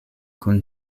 kun